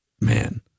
Man